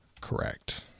Correct